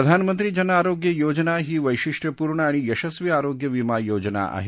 प्रधानमंत्री जन आरोग्य योजना ही वैशिष्टपूर्ण आणि यशस्वी आरोग्य विमा योजा आहे